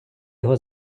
його